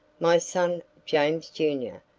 my son, james, jr,